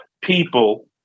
people